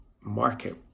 market